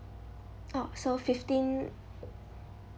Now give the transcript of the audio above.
orh so fifteen